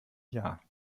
jahr